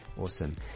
Awesome